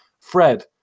Fred